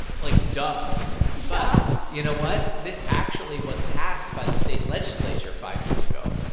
and like, duh yeah but you know what? this actually was passed by the state legislature five years ago.